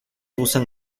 usan